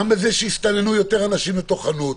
גם בזה שיסתננו יותר אנשים לחנות.